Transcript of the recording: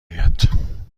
اید